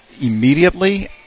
Immediately